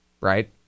right